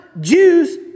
Jews